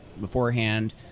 beforehand